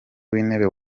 w’intebe